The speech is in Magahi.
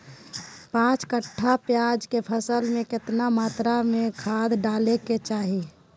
पांच कट्ठा प्याज के फसल में कितना मात्रा में खाद डाले के चाही?